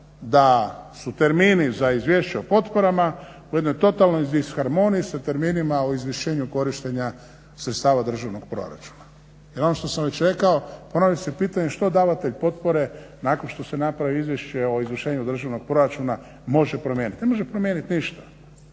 da su termini za Izvješće o potporama u jednoj totalnoj disharmoniji sa terminima o Izvješću korištenja sredstava državnog proračuna. Jer ono što sam već rekao, ponavlja se pitanje što davatelj potpore nakon što se napravi Izvješće o izvršenju državnog proračuna može promijeniti? Ne može promijeniti ništa.